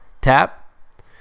tap